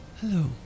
Hello